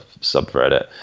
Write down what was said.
subreddit